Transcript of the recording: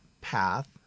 path